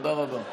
תודה רבה.